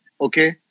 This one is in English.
okay